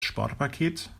sparpaket